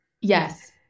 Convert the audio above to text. Yes